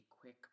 quick